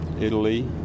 Italy